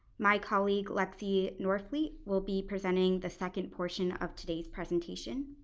my colleague lexie norfleet will be presenting the second portion of today's presentation.